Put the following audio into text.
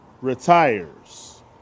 retires